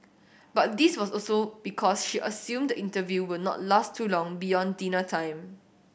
but this was also because she assumed the interview will not last too long beyond dinner time